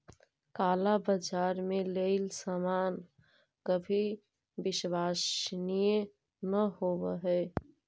काला बाजार से लेइल सामान कभी विश्वसनीय न होवअ हई